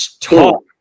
talk